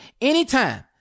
anytime